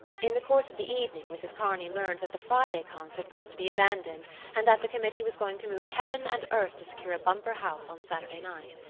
in the course of the evening, mrs. kearney learned that the friday concert was to be abandoned and that the committee was going to move heaven and earth to secure a bumper house on saturday night.